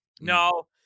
No